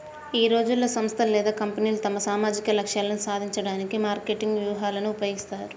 ఈ రోజుల్లో, సంస్థలు లేదా కంపెనీలు తమ సామాజిక లక్ష్యాలను సాధించడానికి మార్కెటింగ్ వ్యూహాలను ఉపయోగిస్తాయి